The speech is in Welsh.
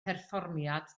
perfformiad